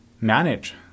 manage